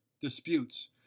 disputes